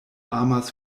amas